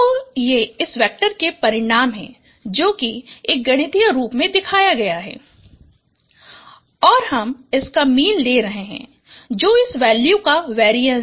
1 तो ये इस वेक्टर के परिमाण हैं जो कि 1Ni1Nyi2 और हम इसका मीन ले रहे हैं जो इस वैल्यू का वेरीएंस है